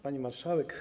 Pani Marszałek!